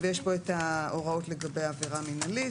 ויש פה הוראות לגבי עבירה מנהלית,